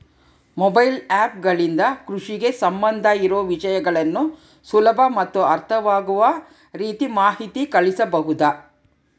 Mobile app ಗಳಿಂದ ಕೃಷಿಗೆ ಸಂಬಂಧ ಇರೊ ವಿಷಯಗಳನ್ನು ಸುಲಭ ಮತ್ತು ಅರ್ಥವಾಗುವ ರೇತಿ ಮಾಹಿತಿ ಕಳಿಸಬಹುದಾ?